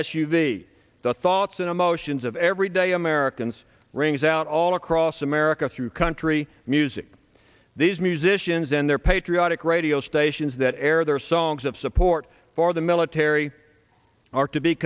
v the thoughts and emotions of everyday americans rings out all across america through country music these musicians and their patriotic radio stations that air their songs of support for the military are to be